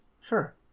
Sure